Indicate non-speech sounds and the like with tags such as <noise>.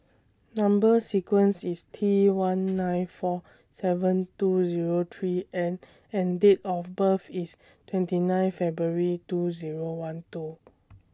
<noise> Number sequence IS T one <noise> nine four seven two Zero three N and Date of birth IS twenty nine February two Zero one two